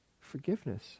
forgiveness